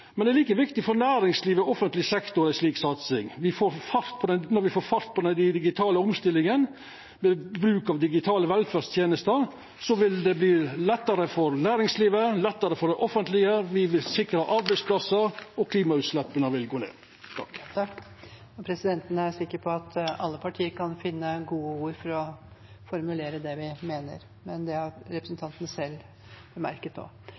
men ei slik satsing er like viktig for næringslivet og for offentleg sektor. Når me får fart på den digitale omstillinga ved bruk av digitale velferdstenester, vil det verta lettare for næringslivet og lettare for det offentlege. Me vil sikra arbeidsplassar, og klimautsleppa vil gå ned. Presidenten er sikker på at alle partier kan finne gode ord for å formulere det de mener, noe representanten selv bemerket nå. Det